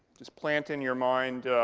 just plant in your mind.